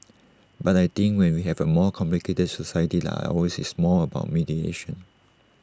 but I think when we have A more complicated society like ours it's more about mediation